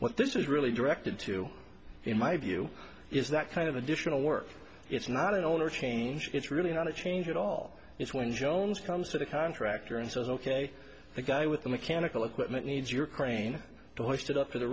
what this is really directed to in my view is that kind of additional work it's not an owner change it's really not a change at all it's when jones comes to the contractor and says ok the guy with the mechanical equipment needs your crane to lift it up for the